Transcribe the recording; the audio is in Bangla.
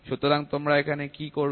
সুতরাং তোমরা এখানে কি করবে